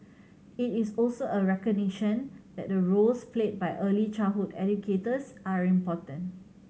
it is also a recognition that the roles played by early childhood educators are important